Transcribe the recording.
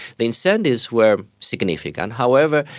the incentives were significant. however,